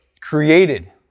created